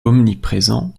omniprésents